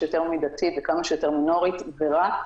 סיפור,